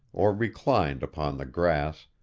or reclined upon the grass,